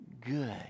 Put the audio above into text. good